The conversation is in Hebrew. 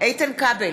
איתן כבל,